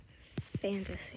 fantasy